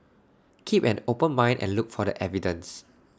keep an open mind and look for the evidence